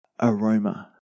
aroma